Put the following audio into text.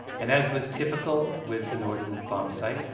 and as was typical with the norden bombsight,